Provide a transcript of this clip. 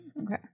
Okay